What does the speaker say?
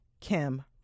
Kim